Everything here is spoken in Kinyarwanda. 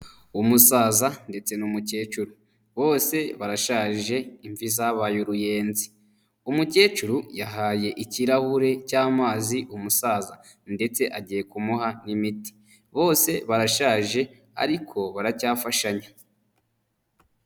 Umusaza ndetse n'umukecuru bose barashaje imvi zabaye uruyenzi umukecuru yahaye ikirahure cy'amazi umusaza ndetse agiye kumuha n'imiti bose barashaje ariko baracyafashanya.